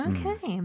Okay